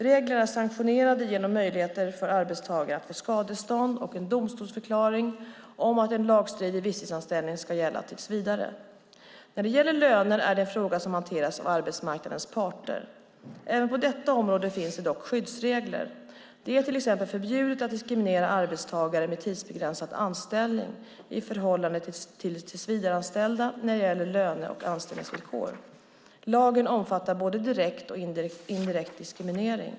Reglerna är sanktionerade genom möjligheter för arbetstagaren att få skadestånd och en domstolsförklaring om att en lagstridig visstidsanställning ska gälla tills vidare. När det gäller löner är det en fråga som hanteras av arbetsmarknadens parter. Även på detta område finns det dock skyddsregler. Det är till exempel förbjudet att diskriminera arbetstagare med tidsbegränsad anställning i förhållande till tillsvidareanställda när det gäller löne och anställningsvillkor. Lagen omfattar både direkt och indirekt diskriminering.